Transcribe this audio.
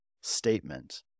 statement